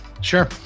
Sure